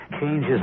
changes